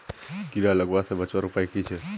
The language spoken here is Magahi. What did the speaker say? कीड़ा लगवा से बचवार उपाय की छे?